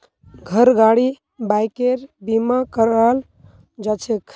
घर गाड़ी बाइकेर बीमा कराल जाछेक